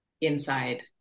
inside